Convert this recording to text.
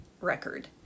record